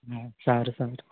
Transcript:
હા સારું સારું